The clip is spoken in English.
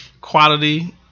quality